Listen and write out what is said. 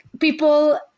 People